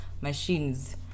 machines